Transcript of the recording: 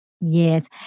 Yes